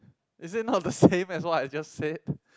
is it not the same as what I just said